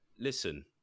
listen